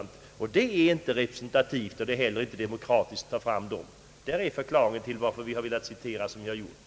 Dessa personer är inte representativa för samhället, och det är inte demokratiskt att släppa fram dem. Detta är förklaringen till att vi har citerat på det sätt som vi har gjort.